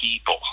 people